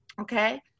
okay